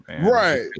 Right